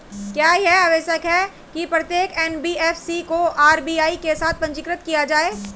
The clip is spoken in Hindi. क्या यह आवश्यक है कि प्रत्येक एन.बी.एफ.सी को आर.बी.आई के साथ पंजीकृत किया जाए?